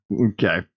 Okay